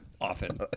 often